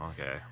okay